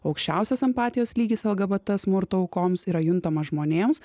aukščiausias empatijos lygis lgbt smurto aukoms yra juntamas žmonėms